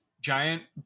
giant